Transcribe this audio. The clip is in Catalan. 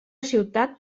ciutat